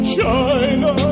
China